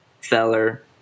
Feller